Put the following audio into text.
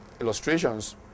illustrations